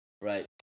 right